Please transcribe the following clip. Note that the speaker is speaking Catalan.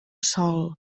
sol